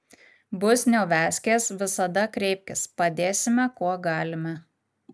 bus neuviazkės visada kreipkis padėsime kuo galime